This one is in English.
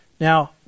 Now